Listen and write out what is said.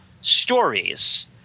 stories